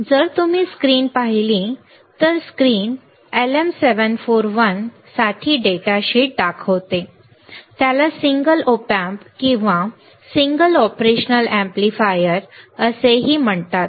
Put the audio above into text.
तर जर तुम्ही स्क्रीन पाहिली तर स्क्रीन LM 741 साठी डेटा शीट दाखवते त्याला सिंगल ऑप अॅम्प्स किंवा सिंगल ऑपरेशनल एम्पलीफायर असेही म्हणतात